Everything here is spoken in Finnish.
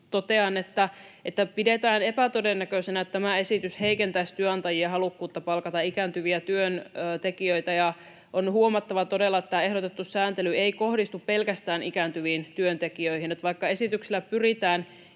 että pidetään epätodennäköisenä, että tämä esitys heikentäisi työnantajien halukkuutta palkata ikääntyviä työntekijöitä. On todella huomattava, että ehdotettu sääntely ei kohdistu pelkästään ikääntyviin työntekijöihin. Vaikka esityksellä pyritään